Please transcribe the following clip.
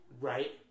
right